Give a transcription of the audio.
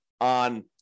on